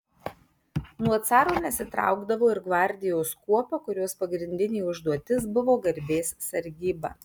nuo caro nesitraukdavo ir gvardijos kuopa kurios pagrindinė užduotis buvo garbės sargyba